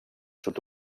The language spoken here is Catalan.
sud